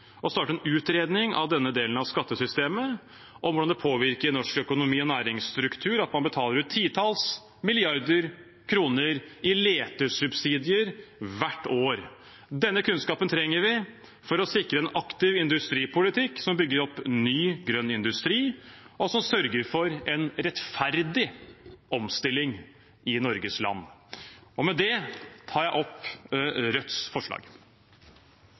å starte en utredning av denne delen av skattesystemet, om hvordan det påvirker norsk økonomi og næringsstruktur at man betaler ut titalls milliarder kroner i letesubsidier hvert år. Denne kunnskapen trenger vi for å sikre en aktiv industripolitikk som bygger opp ny, grønn industri, og som sørger for en rettferdig omstilling i Norges land.